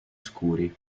scuri